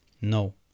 No